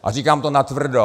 A říkám to natvrdo.